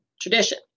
tradition